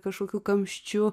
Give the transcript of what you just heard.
kažkokiu kamščiu